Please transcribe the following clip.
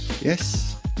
yes